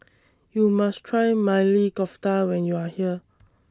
YOU must Try Maili Kofta when YOU Are here